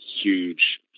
huge